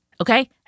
okay